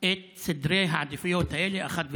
את סדרי העדיפויות האלה אחת ולתמיד.